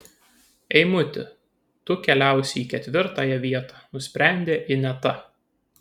eimuti tu keliausi į ketvirtąją vietą nusprendė ineta